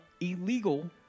illegal